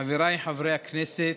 חבריי חברי הכנסת,